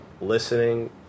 Listening